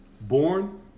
Born